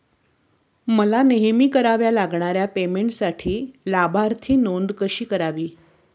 मला नेहमी कराव्या लागणाऱ्या पेमेंटसाठी लाभार्थी नोंद कशी करावी?